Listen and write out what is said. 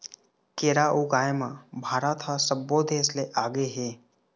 केरा ऊगाए म भारत ह सब्बो देस ले आगे हे